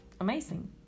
amazing